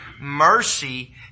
mercy